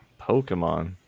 Pokemon